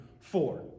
four